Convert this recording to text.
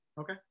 Okay